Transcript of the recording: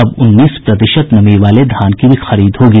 अब उन्नीस प्रतिशत नमी वाले धान की भी खरीद होगी